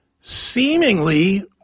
seemingly